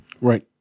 Right